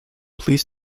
please